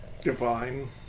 Divine